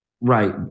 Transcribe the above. right